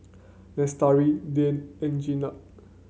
Lestari Dian and Jenab